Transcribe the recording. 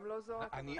לא זאת הכוונה.